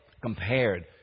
compared